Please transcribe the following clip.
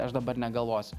aš dabar negalvosiu